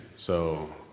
so,